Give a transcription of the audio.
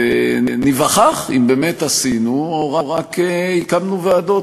וניווכח אם באמת עשינו או רק הקמנו ועדות.